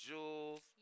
Jewels